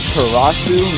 Karasu